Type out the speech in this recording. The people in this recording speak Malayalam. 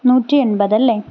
നൂറ്റി എൺപതല്ലേ